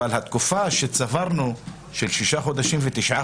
אבל התקופה שצברנו של שישה חודשים ותשעה